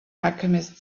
alchemist